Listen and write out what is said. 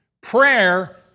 Prayer